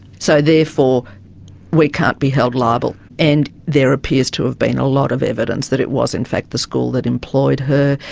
so therefore we can't be held liable. and there appears to have been a lot of evidence that it was in fact the school that employed her.